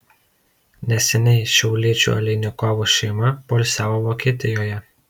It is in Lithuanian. neseniai šiauliečių aleinikovų šeima poilsiavo vokietijoje